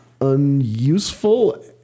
unuseful